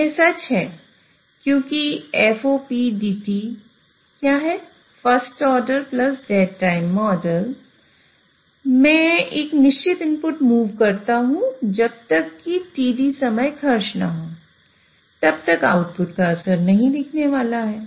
यह सच है क्योंकि FOPDT क्या है first order plus dead time model मैं एक निश्चित इनपुट मूव करता हूं जब तक कि td समय खर्च न हो तब तक आउटपुट कोई असर नहीं दिखाने वाला है